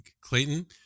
Clayton